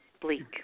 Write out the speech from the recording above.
Bleak